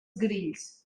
grills